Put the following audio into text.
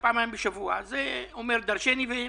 פעם אחת תביאו לפה את מנהל רשות המיסים,